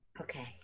Okay